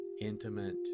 intimate